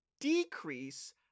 decrease